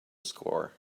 score